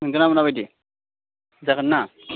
मोनगोनना मोनाबादि जागोन्ना